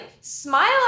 Smile